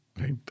right